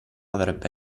avrebbe